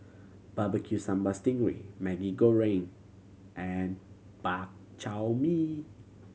bbq sambal sting ray Maggi Goreng and Bak Chor Mee